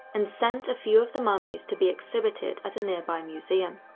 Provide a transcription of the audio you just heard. and sent a few of the mummies to be exhibited at a nearby museum.